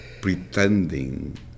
pretending